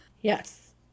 Yes